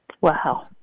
Wow